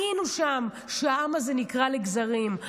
היינו שם כשהעם הזה נקרע לגזרים.